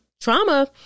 trauma